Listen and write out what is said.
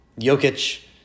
Jokic